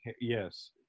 Yes